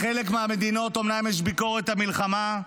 לחלק מהמדינות אומנם יש ביקורת על המלחמה,